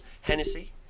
Hennessy